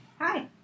Hi